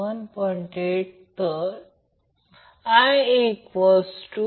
8